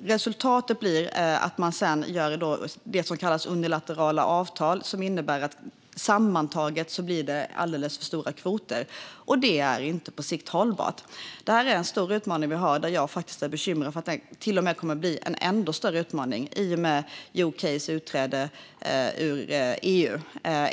Resultatet blir att man sluter det som kallas unilaterala avtal. Detta innebär att det sammantaget blir alldeles för stora kvoter, och det är inte hållbart på sikt. Detta är en stor utmaning, och jag är bekymrad för att det till och med kommer att bli en ännu större utmaning i och med UK:s utträde ur EU.